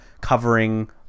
covering